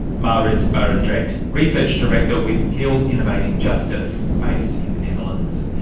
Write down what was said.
maurits barendrecht, research director with hill innovating justice, based in the netherlands.